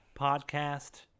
podcast